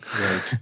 Right